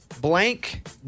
Blank